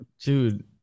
Dude